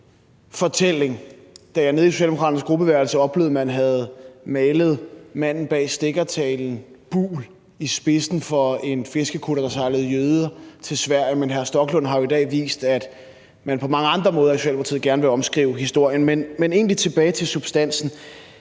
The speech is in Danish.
historiefortælling, da jeg nede i Socialdemokraternes gruppeværelse oplevede, at man havde malet manden bag stikkertalen, Vilhelm Buhl, i spidsen for en fiskekutter, der sejlede jøder til Sverige, men hr. Stoklund har jo i dag vist, at man på mange andre måder i Socialdemokratiet gerne vil omskrive historien. Men tilbage til substansen: